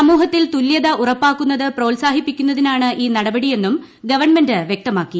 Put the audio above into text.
സമൂഹത്തിൽ തുല്യത ഉറപ്പാക്കുന്നത് പ്രോത്സാഹിപ്പിക്കുന്നതിനാണ് ഈ നടപടിയെന്നും വ്യക്തമാക്കി